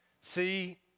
See